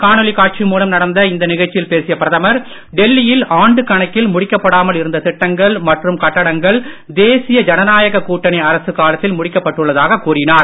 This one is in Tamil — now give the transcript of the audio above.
காணொளி காட்சி மூலம் நடந்த நிகழ்ச்சியில் பேசிய பிரதமர் டெல்லியில் ஆண்டு கணக்கில் முடிக்கப்படாமல் இருந்த திட்டங்கள் மற்றும் கட்டடங்கள் தேசிய ஜனநாயக கூட்டணி அரசு காலத்தில் முடிக்கப்பட்டுள்ளதாக கூறினார்